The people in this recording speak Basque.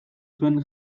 zuen